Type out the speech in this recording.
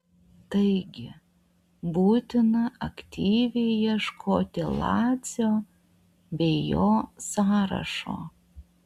taigi būtina aktyviai ieškoti lacio bei jo sąrašo